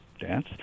dance